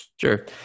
Sure